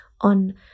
on